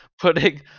putting